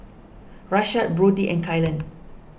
Rashad Brodie and Kylan